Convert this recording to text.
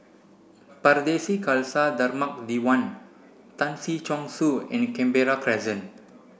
Pardesi Khalsa Dharmak Diwan Tan Si Chong Su and Canberra Crescent